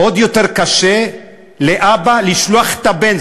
עוד יותר קשה לאבא לשלוח את הבן,